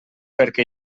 perquè